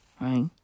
Right